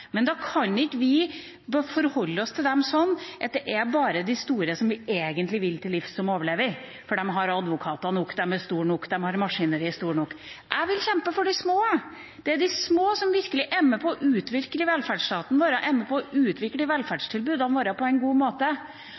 Men da kan ikke vi forholde oss til dem slik at det bare er de store, som vi egentlig vil til livs, som overlever, for de har advokater nok, de er store nok, de har et maskineri som er stort nok. Jeg vil kjempe for de små. Det er de små som virkelig er med på å utvikle velferdsstaten vår og velferdstilbudene våre på en god måte.